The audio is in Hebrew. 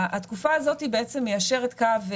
התקופה הזאת בעצם מיישרת קו,